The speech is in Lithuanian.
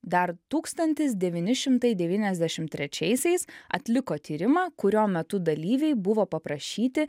dar tūkstantis devyni šimtai devyniasdešim trečiaisiais atliko tyrimą kurio metu dalyviai buvo paprašyti